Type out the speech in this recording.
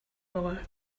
more